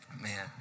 Man